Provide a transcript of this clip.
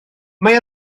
mae